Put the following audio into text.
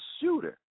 shooter